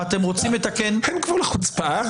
אתם רוצים לתקן --- אין גבול לחוצפה?